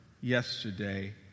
yesterday